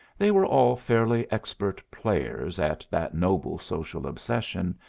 they were all fairly expert players at that noble social obsession,